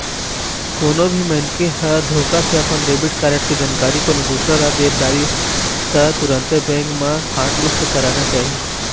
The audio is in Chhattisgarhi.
कोनो भी मनखे ह धोखा से अपन डेबिट कारड के जानकारी कोनो दूसर ल दे डरिस त तुरते बेंक म हॉटलिस्ट कराना चाही